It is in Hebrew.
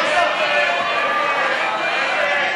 ההסתייגויות (15)